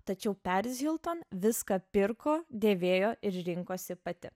tačiau peris hilton viską pirko dėvėjo ir rinkosi pati